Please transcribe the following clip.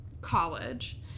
college